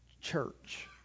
church